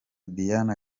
diana